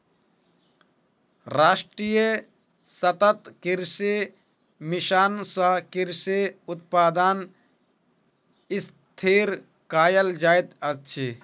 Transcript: राष्ट्रीय सतत कृषि मिशन सँ कृषि उत्पादन स्थिर कयल जाइत अछि